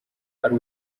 ari